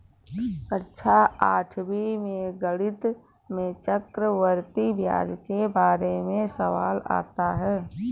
कक्षा आठवीं में गणित में चक्रवर्ती ब्याज के बारे में सवाल आता है